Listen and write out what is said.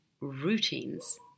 routines